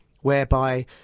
whereby